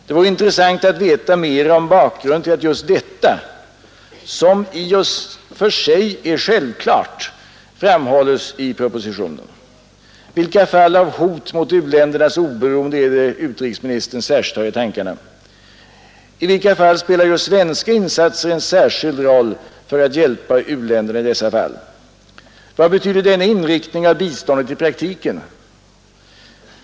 Det vore intressant att veta mer om bakgrunden till att just detta, som i och för sig är självklart, framhäves i propositionen. Vilka fall av hot mot u-ländernas oberoende är det utrikesministern särskilt har i tankarna? I vilka fall spelar just svenska insatser en särskild roll för att hjälpa u-länderna i dessa avseenden? Vad betyder denna inriktning av biståndet i praktiken?